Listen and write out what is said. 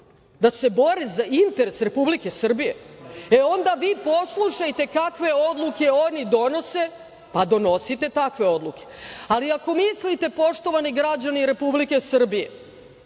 se bore za interes Republike Srbije, onda vi poslušajte kakve odluke oni donose pa donosite takve odluke. Ali, ako mislite, poštovani građani Republike Srbije,